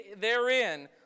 therein